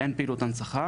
אין פעילות הנצחה,